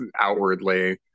outwardly